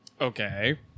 Okay